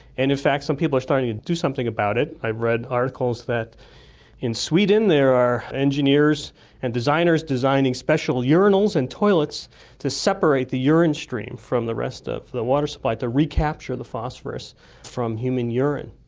and in fact some people are starting to do something about it. i've read articles that in sweden there are engineers and designers designing special urinals and toilets to separate the urine stream from the rest of the water supply to recapture the phosphorous from human urine,